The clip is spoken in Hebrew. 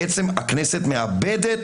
בעצם הכנסת מאבדת